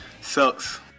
Sucks